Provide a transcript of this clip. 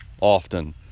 often